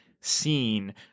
seen